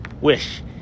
Wish